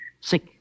sick